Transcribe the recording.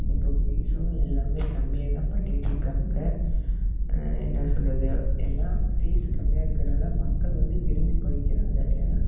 இப்போ ஃபீஸும் எல்லாமே கம்மியாக தான் பண்ணிகிட்ருக்காங்க என்ன சொல்வது எல்லாம் ஃபீஸு கம்மியாக இருக்கனால் மக்கள் வந்து விரும்பி படிக்கிறாங்க ஏன்னால்